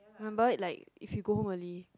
remember like if you go home early